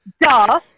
Duh